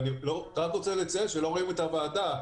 אני רק רוצה לציין שלא רואים את הוועדה.